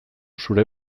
zure